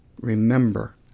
remember